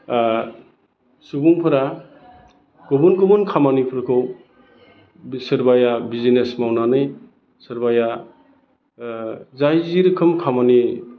सुबुंफोरा गुबुन गुबुन खामानिफोरखौ सोरबाया बिजिनेस मावनानै सोरबाया जाय जि रोखोम खामानि